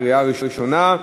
לקריאה ראשונה.